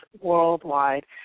worldwide